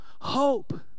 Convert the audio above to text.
Hope